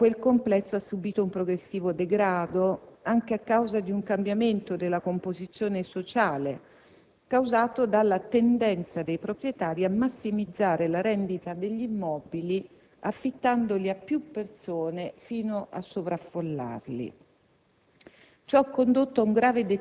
Nel tempo, tuttavia, quel complesso ha subìto un progressivo degrado, anche a causa di un cambiamento della composizione sociale causato dalla tendenza dei proprietari a massimizzare la rendita degli immobili affittandoli a più persone fino a sovraffollarli.